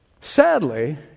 Sadly